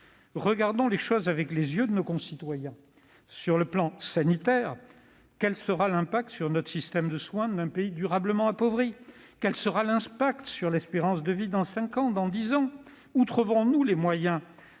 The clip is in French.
Regardons les choses avec les yeux de nos concitoyens. Sur le plan sanitaire, quel sera l'impact sur notre système de soins d'un appauvrissement durable du pays ? Quel sera l'impact sur l'espérance de vie dans cinq ans, dans dix ans ? Où trouverons-nous les moyens